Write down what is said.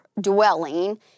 dwelling